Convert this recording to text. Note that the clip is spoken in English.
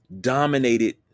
dominated